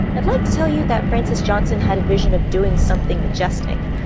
i'd like to tell you that francis johnson had a vision of doing something majestic,